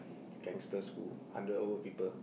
gangster school under old people